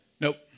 Nope